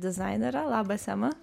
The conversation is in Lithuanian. dizainerė labas ema